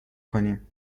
کنیم